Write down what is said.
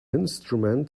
instrument